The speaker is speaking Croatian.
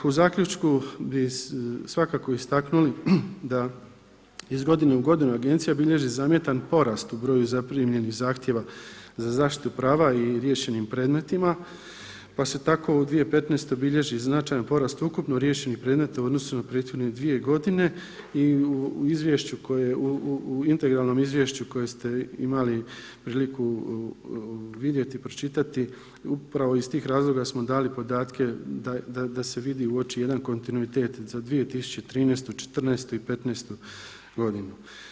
U zaključku bi svakako istaknuli da iz godine u godinu agencija bilježi zamjetan porast u broju zaprimljenih zahtjeva za zaštitu prava i riješenim predmetima, pa se tako u 2015. bilježi značajan porast ukupno riješenih predmeta u odnosu na prethodne dvije godine i u izvješću koje je, u integralnom izvješću koje ste imali priliku vidjeti, pročitati upravo iz tih razloga smo dali podatke da se vidi, uoči jedan kontinuitet za 2013., 14. i 15. godinu.